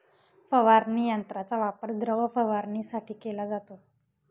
फवारणी यंत्राचा वापर द्रव फवारणीसाठी केला जातो